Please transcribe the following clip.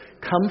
come